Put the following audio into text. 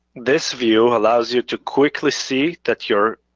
this view allows you to quickly see that your,